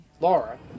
Laura